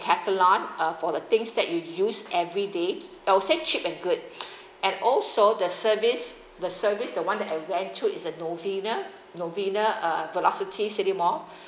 decathlon uh for the things that you use every day I'll say cheap and good and also the service the service the one that I went to is a novena novena uh velocity city mall